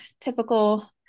typical